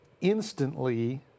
instantly